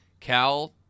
Cal